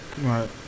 right